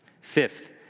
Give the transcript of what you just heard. Fifth